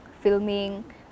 filming